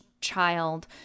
child